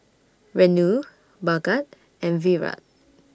Renu Bhagat and Virat